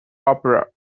opera